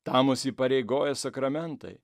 tam mus įpareigoja sakramentai